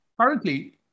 Currently